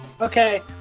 Okay